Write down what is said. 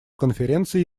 конференция